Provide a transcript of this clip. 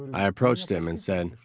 i approached them and said,